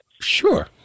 Sure